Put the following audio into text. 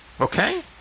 Okay